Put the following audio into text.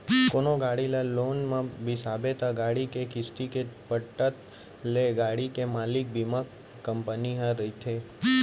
कोनो गाड़ी ल लोन म बिसाबे त गाड़ी के किस्ती के पटत ले गाड़ी के मालिक बीमा कंपनी ह रहिथे